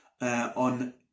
on